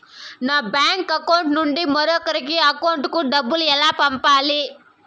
నా bank account నుండి మరొకరి అకౌంట్ కు డబ్బులు ఎలా పంపాలి